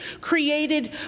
created